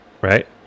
right